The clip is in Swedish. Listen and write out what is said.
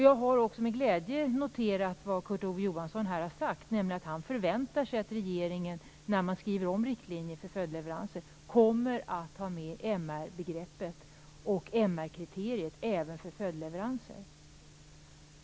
Jag har också med glädje noterat vad Kurt Ove Johansson har sagt här, nämligen att han förväntar sig att regeringen när man skriver om riktlinjerna för följdleveranser kommer att ha med MR-begreppet och MR-kriterier även för följdleveranser.